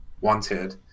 wanted